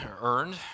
earned